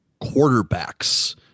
quarterbacks